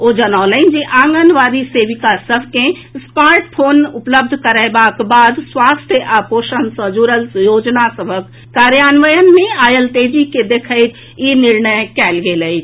ओ जनौलनि जे आंगनबाड़ी सेविका सभ के स्मार्ट फोन उपलब्ध करयबाक बाद स्वास्थ्य आ पोषण सँ जुड़ल योजना सभक कार्यान्वयन मे आएल तेजी के देखैत ई निर्णय कयल गेल अछि